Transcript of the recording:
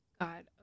God